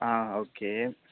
ஆ okay